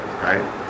right